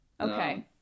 Okay